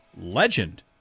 legend